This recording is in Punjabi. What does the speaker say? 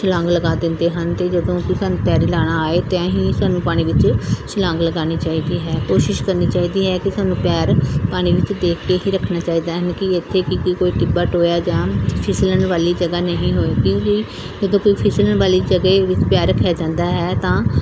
ਛਲਾਂਗ ਲਗਾ ਦਿੰਦੇ ਹਨ ਅਤੇ ਜਦੋਂ ਕਿ ਸਾਨੂੰ ਤੈਰੀ ਲਾਉਣਾ ਆਏ ਅਤੇ ਅਸੀਂ ਸਾਨੂੰ ਪਾਣੀ ਵਿੱਚ ਛਲਾਂਗ ਲਗਾਉਣੀ ਚਾਹੀਦੀ ਹੈ ਕੋਸ਼ਿਸ਼ ਕਰਨੀ ਚਾਹੀਦੀ ਹੈ ਕਿ ਸਾਨੂੰ ਪੈਰ ਪਾਣੀ ਵਿੱਚ ਦੇਖ ਕੇ ਹੀ ਰੱਖਣਾ ਚਾਹੀਦਾ ਹੈ ਯਾਨੀ ਕਿ ਇੱਥੇ ਕਿ ਕੋਈ ਟਿੱਬਾ ਟੋਇਆ ਜਾਂ ਫਿਸਲਣ ਵਾਲੀ ਜਗ੍ਹਾ ਨਹੀਂ ਹੋਏ ਕਿਉੰਕਿ ਜਦੋਂ ਕੋਈ ਫਿਸਲਣ ਵਾਲੀ ਜਗ੍ਹਾ ਵਿੱਚ ਪੈਰ ਰੱਖਿਆ ਜਾਂਦਾ ਹੈ ਤਾਂ